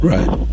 Right